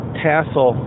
tassel